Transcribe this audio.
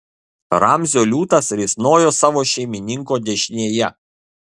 ramzio liūtas risnojo savo šeimininko dešinėje